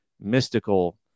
mystical